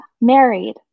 Married